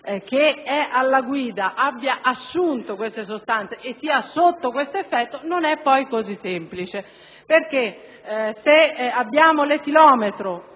che è alla guida abbia assunto tali sostanze e sia sotto il loro effetto non è poi così semplice, perché se da un lato abbiamo l'etilometro